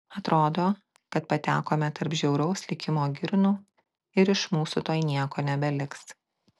atrodo kad patekome tarp žiauraus likimo girnų ir iš mūsų tuoj nieko nebeliks